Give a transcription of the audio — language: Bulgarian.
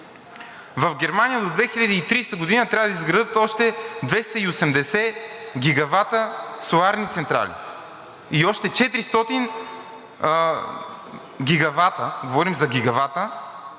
В Германия до 2030 г. трябва да изградят още 280 гигавата соларни централи и още 400 гигавата – говорим за гигавата